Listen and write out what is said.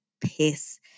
piss